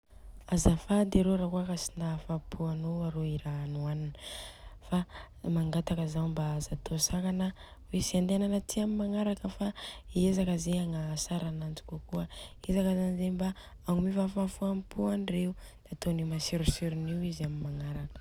Azafady arô rakôa ka hoe tsy nahafapo anô aro i ra nihoanina fa mangataka zany zaho mba aza atô sakana hoe tsy andianana aty amin'ny magnaraka fa izaka ze mba agnatsra ananjy kokoa. Hezaka zany ze mba agnome fahafahampo andreo. Atone matsirotsiron'io izy amin'ny magnaraka.